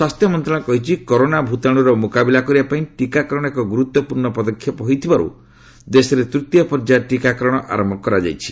ସ୍ୱାସ୍ଥ୍ୟ ମନ୍ତ୍ରଣାଳୟ କହିଛି କରୋନା ଭୂତାଣୁର ମୁକାବିଲା କରିବା ପାଇଁ ଟିକାକରଣ ଏକ ଗୁରୁତ୍ୱପୂର୍ଣ୍ଣ ପଦକ୍ଷେପ ହୋଇଥିବାରୁ ଦେଶରେ ତୃତୀୟ ପର୍ଯ୍ୟାୟ ଟିକାକରଣ ଆରମ୍ଭ ହୋଇଯାଇଛି